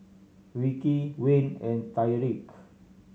Ricki Wayne and Tyrique